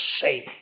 safe